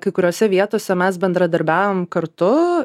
kai kuriose vietose mes bendradarbiavom kartu